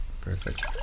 Perfect